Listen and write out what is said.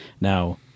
Now